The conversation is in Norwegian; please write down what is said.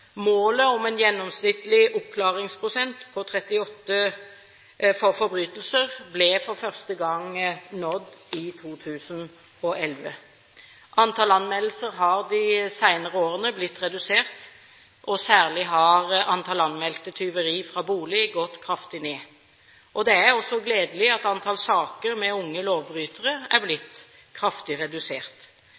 Målet om en gjennomsnittlig oppklaringsprosent på 38 for forbrytelser ble for første gang nådd i 2011. Antall anmeldelser har de senere årene blitt redusert, og særlig har antall anmeldte tyverier fra bolig gått kraftig ned. Det er også gledelig at antall saker med unge lovbrytere er blitt kraftig redusert.